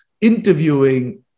interviewing